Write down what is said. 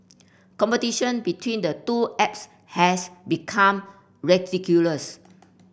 competition between the two apps has become ridiculous